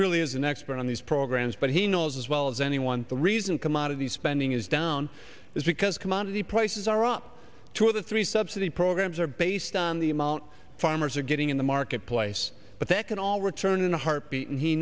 really is an expert on these programs but he knows as well as anyone the reason come out of these spending is down is because commodity prices are up two of the three subsidy programs are based on the amount farmers are getting in the marketplace but that can all return in a heartbeat and he